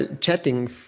chatting